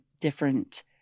different